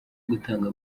gutanga